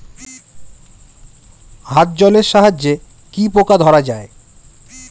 হাত জলের সাহায্যে কি পোকা ধরা যায়?